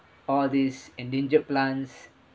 all these endangered plants